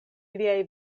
iliaj